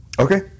Okay